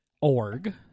org